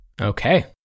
Okay